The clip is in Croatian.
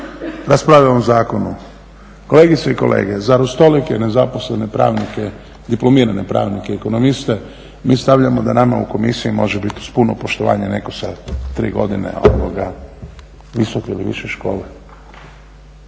o ovom zakonu. Kolegice i kolege, zar uz tolike nezaposlene pravnike, diplomirane pravnike, ekonomiste mi stavljamo da nama u Komisiji može biti uz puno poštovanje netko sa tri godine visoke ili više škole